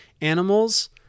Animals